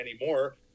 anymore